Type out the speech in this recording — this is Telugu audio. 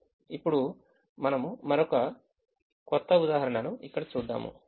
ఇప్పుడు మనము ఇక్కడ మరొక ఉదాహరణను చూద్దాము